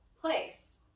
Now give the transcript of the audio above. place